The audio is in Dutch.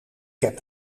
heb